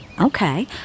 Okay